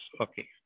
okay